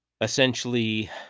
essentially